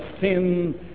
sin